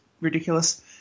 ridiculous